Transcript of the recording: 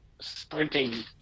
sprinting